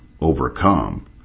overcome